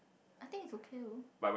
I think it's okay though